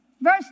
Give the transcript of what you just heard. verse